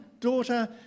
daughter